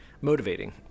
motivating